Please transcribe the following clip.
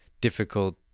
difficult